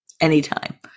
anytime